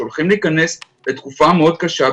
שהולכים להיכנס לתקופה מאוד קשה,